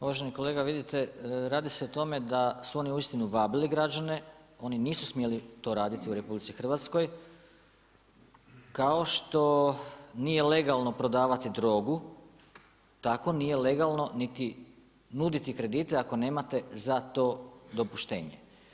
Uvaženi kolega, vidite radi se o tome da su oni uistinu vabili građane, oni nisu smjeli to raditi u RH kao što nije legalno prodavati drogu, tako nije legalno niti nuditi kredite ako nemate za to dopuštenje.